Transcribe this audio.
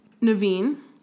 Naveen